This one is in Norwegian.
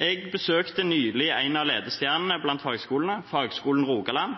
Jeg besøkte nylig en av ledestjernene blant fagskolene – Fagskolen Rogaland.